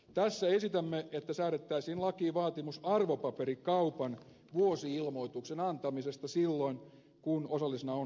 tässä esitämme että säädettäisiin lakivaatimus arvopaperikaupan vuosi ilmoituksen antamisesta silloin kun osallisena on suomen verovelvollinen